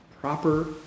proper